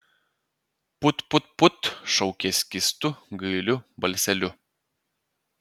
put put put šaukė skystu gailiu balseliu